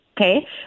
Okay